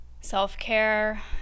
self-care